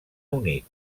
unit